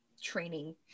training